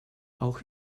auch